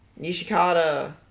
nishikata